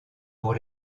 pour